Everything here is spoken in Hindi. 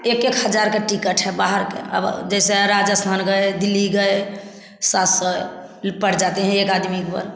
एक एक हज़ार का टिकट है बाहर के अब जैसे राजस्थान गए दिल्ली गए सात सौ पड़ जाते हैं एक आदमी के बर